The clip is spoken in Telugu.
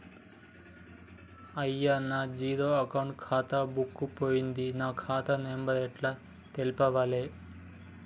అయ్యా నా జీరో అకౌంట్ ఖాతా బుక్కు పోయింది నా ఖాతా నెంబరు ఎట్ల తెలవాలే?